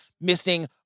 missing